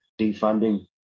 defunding